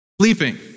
sleeping